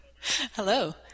Hello